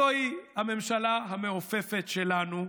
זוהי הממשלה המעופפת שלנו.